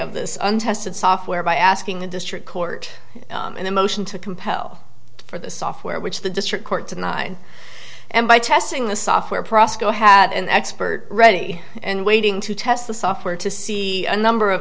of this untested software by asking the district court and the motion to compel for the software which the district court denied and by testing the software prasco had an expert ready and waiting to test the software to see a number of